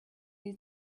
new